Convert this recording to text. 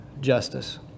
justice